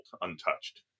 untouched